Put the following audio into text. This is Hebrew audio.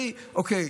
תשאלי: אוקיי,